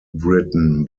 written